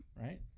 right